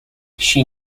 she